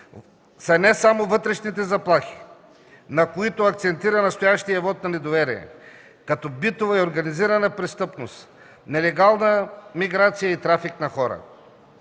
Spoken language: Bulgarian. са не само вътрешните заплахи, на които акцентира настоящият вот на недоверие, като битова и организирана престъпност, нелегална миграция и трафик на хора.